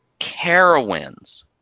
Carowinds